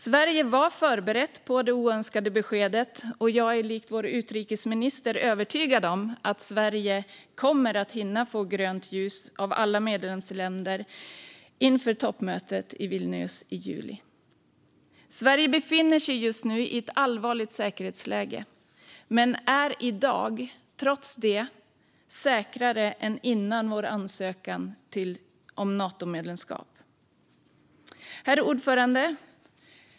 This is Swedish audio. Sverige var förberett på det oönskade beskedet, och jag är likt vår utrikesminister övertygad om att Sverige kommer att hinna få grönt ljus av alla medlemsländer inför toppmötet i Vilnius i juli. Sverige befinner sig just nu i ett allvarligt säkerhetsläge, men är i dag, trots detta, säkrare än innan vår ansökan om Natomedlemskap. Herr talman!